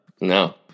No